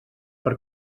per